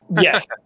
Yes